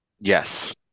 yes